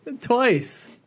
Twice